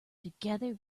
together